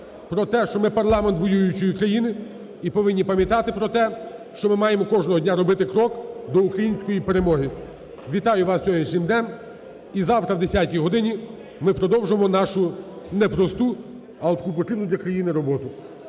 про те, що ми парламент воюючої країни і повинні пам'ятати про те, що ми маємо кожного дня робити крок до української перемоги. Вітаю вас з сьогоднішнім днем, і завтра о 10-й годині ми продовжимо нашу непросту, але таку потрібну для країни роботу.